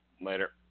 Later